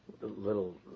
little